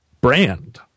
brand